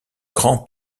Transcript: grand